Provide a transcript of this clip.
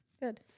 Good